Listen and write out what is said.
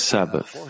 Sabbath